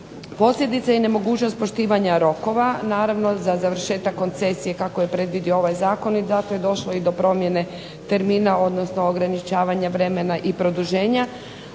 Posljedice i ne mogućnost nepoštivanja rokova za završetak koncesije kako je predvidio ovaj zakon došlo je do promjene termina odnosno ograničavanje vremena i produženja.